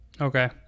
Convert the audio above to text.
Okay